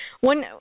One